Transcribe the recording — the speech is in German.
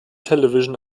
television